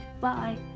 Bye